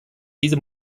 diese